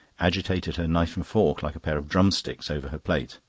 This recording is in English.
agitated her knife and fork, like a pair of drumsticks, over her plate.